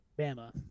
Bama